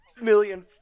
million